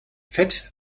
fett